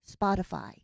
Spotify